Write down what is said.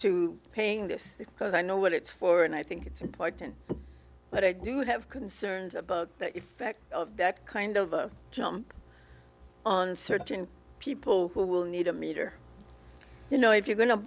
to paying this because i know what it's for and i think it's important but i do have concerns about the effect of that kind of a jump on certain people who will need a meter you know if you're go